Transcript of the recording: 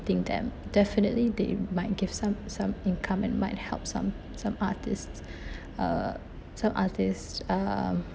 think them definitely they might give some some income and might help some some artists uh some artist um